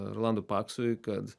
rolandui paksui kad